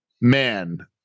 man